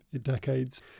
decades